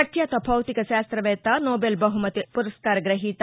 ప్రభ్యాత భౌతిక శాస్తవేత్త నోబెల్ బహుమతి పురస్కార గ్రహీత